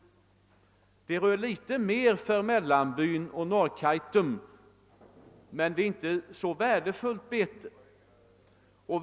Det är fråga om något mer i Mellanbyn och Norrkaitum, men betesmarken är här inte så värdefull.